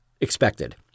expected